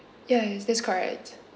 yes that's correct